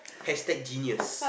hashtag genius